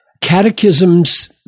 catechisms